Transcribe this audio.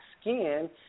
skin